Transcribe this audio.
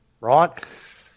right